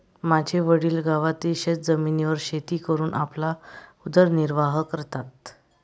माझे वडील गावातील शेतजमिनीवर शेती करून आपला उदरनिर्वाह करतात